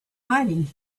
fighting